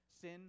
Sin